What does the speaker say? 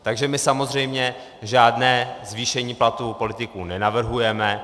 Takže my samozřejmě žádné zvýšení platů politiků nenavrhujeme.